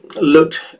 looked